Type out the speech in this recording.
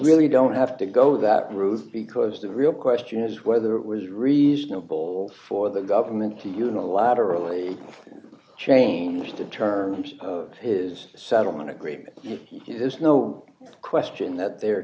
really don't have to go that route because the real question is whether it was reasonable for the government to unilaterally change the terms of his settlement agreement there's no question that they're